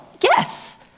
Yes